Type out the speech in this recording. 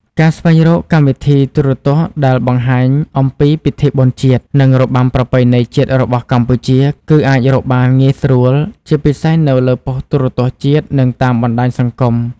ការស្វែងរកកម្មវិធីទូរទស្សន៍ដែលបង្ហាញអំពីពិធីបុណ្យជាតិ និងរបាំប្រពៃណីរបស់កម្ពុជា គឺអាចរកបានងាយស្រួល ជាពិសេសនៅលើប៉ុស្តិ៍ទូរទស្សន៍ជាតិ និងតាមបណ្តាញសង្គម។